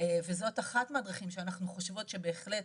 וזאת אחת מהדרכים שאנחנו חושבות שבהחלט